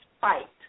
fight